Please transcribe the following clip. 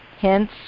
Hence